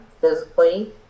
physically